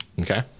okay